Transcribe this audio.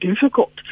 difficult